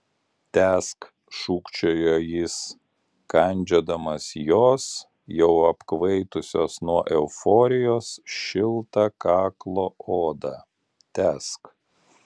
tęsk šūkčiojo jis kandžiodamas jos jau apkvaitusios iš euforijos šiltą kaklo odą tęsk